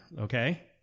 okay